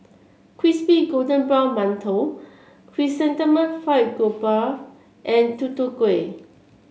Crispy Golden Brown Mantou Chrysanthemum Fried Garoupa and Tutu Kueh